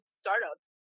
startups